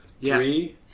Three